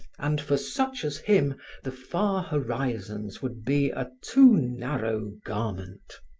and for such as him the far horizons would be a too narrow garment.